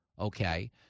okay